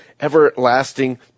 everlasting